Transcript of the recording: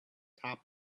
top